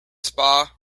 spa